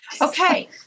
Okay